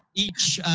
each